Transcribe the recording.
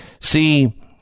see